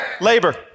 Labor